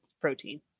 protein